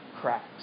cracks